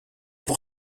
pour